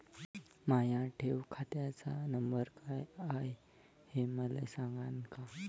माया ठेव खात्याचा नंबर काय हाय हे मले सांगान का?